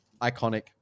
iconic